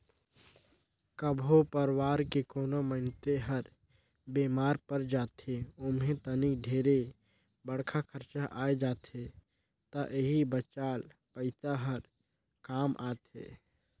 कभो परवार के कोनो मइनसे हर बेमार पर जाथे ओम्हे तनिक ढेरे बड़खा खरचा आये जाथे त एही बचाल पइसा हर काम आथे